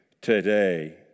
today